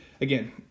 again